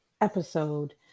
episode